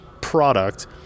product